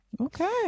Okay